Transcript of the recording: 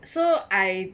so I